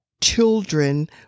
children